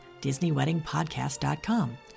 DisneyWeddingPodcast.com